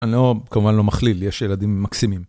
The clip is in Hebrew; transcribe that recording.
אני כמובן לא מכליל יש ילדים מקסימים.